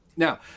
Now